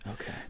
Okay